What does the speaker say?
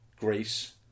Greece